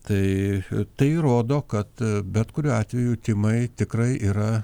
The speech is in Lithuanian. tai tai rodo kad bet kuriuo atveju tymai tikrai yra